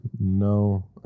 no